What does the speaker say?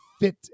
fit